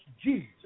Jesus